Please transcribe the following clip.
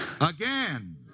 Again